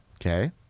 Okay